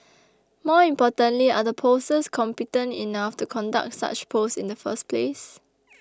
more importantly are the pollsters competent enough to conduct such polls in the first place